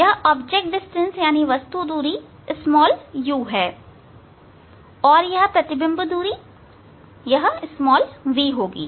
यह वस्तु दूरी u है और यह प्रतिबिंब दूरी v होगी